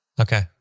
Okay